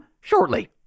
shortly